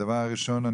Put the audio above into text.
הדבר הראשון,